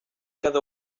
cada